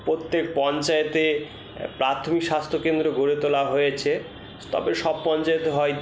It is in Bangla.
প্রত্যেক পঞ্চায়েতে প্রাথমিক স্বাস্থ্য কেন্দ্র গড়ে তোলা হয়েছে তবে সব পঞ্চায়েত হয়